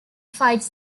fights